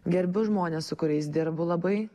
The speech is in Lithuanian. gerbiu žmones su kuriais dirbu labai